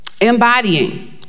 Embodying